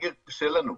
הסגר קשה לנו,